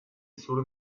sur